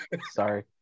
Sorry